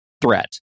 threat